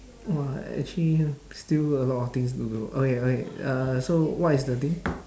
!wah! actually here still a lot of things to do okay okay uh so what is the thing